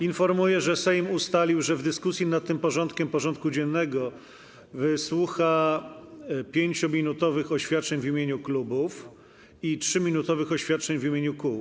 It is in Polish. Informuję, że Sejm ustalił, że w dyskusji nad tym punktem porządku dziennego wysłucha 5-minutowych oświadczeń w imieniu klubów i 3-minutowych oświadczeń w imieniu kół.